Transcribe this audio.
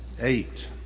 Eight